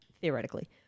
Theoretically